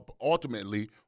ultimately